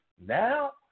now